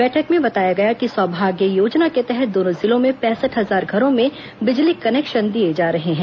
बैठक में बताया गया कि सौभाग्य योजना के तहत दोनों जिलों में पैंसठ हजार घरों में बिजली कनेक्शन दिए जा रहे हैं